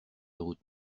route